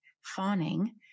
fawning